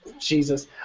Jesus